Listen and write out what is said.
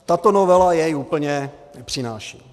Tato novela jej úplně nepřináší.